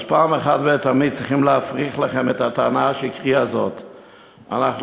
אז אחת ולתמיד צריכים להפריך את הטענה השקרית הזאת שלכם.